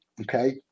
Okay